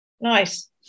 Nice